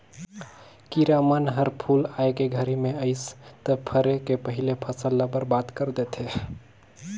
किरा मन हर फूल आए के घरी मे अइस त फरे के पहिले फसल ल बरबाद कर देथे